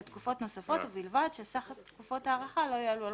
לתקופות נוספות ובלבד שסך כל תקופות ההארכה לא יעלו על חודשיים.